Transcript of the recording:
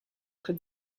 could